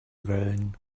wellen